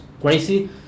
crazy